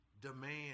demand